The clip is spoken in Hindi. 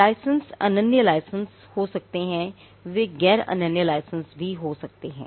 लाइसेंस अनन्य लाइसेंस हो सकते हैं वे गैर अनन्य लाइसेंस भी हो सकते हैं